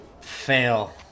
Fail